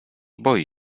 boi